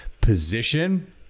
position